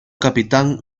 capitán